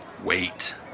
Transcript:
Wait